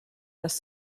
les